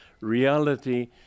reality